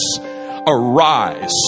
Arise